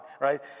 right